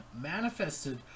manifested